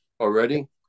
already